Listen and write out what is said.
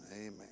amen